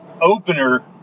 opener